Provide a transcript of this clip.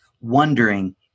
wondering